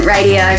Radio